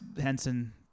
Henson